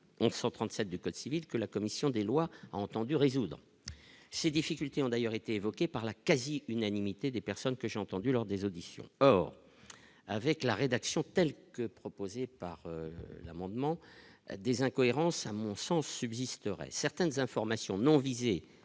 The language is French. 137 du code civil, que la commission des lois entendu résoudre ces difficultés ont d'ailleurs été évoquée par la quasi-unanimité des personnes que j'ai entendu lors des auditions, or avec la rédaction, telle que proposée par l'amendement des incohérences, à mon sens subsisteraient certaines informations non visés